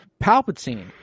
Palpatine